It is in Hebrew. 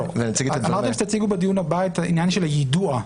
לא, אמרתם שתציגו בדיון הבא את העניין של היידוע.